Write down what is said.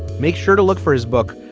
make sure to look for his book,